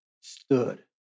stood